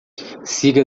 siga